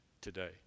today